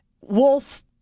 Wolf